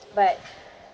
but